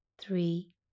three